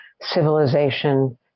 civilization